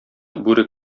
бүре